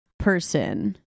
person